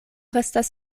restas